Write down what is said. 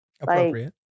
Appropriate